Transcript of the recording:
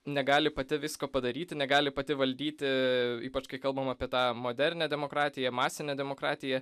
negali pati visko padaryti negali pati valdyti ypač kai kalbam apie tą modernią demokratiją masinę demokratiją